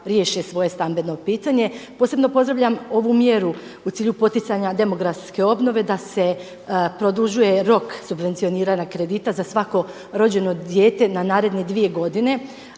riješe svoje stambeno pitanje. Posebno pozdravljam ovu mjeru u cilju poticanja demografske obnove da se produžuje rok subvencioniranja kredita za svako rođeno dijete na naredne dvije godine,